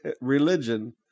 religion